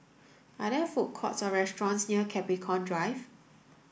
are there food courts or restaurants near Capricorn Drive